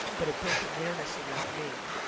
but it built awareness around me,